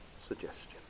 suggestion